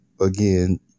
again